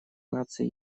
наций